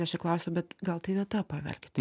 aš ir klausiu bet gal tai vieta paverkti